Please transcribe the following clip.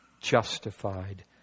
justified